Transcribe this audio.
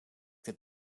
dit